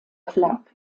club